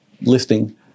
listing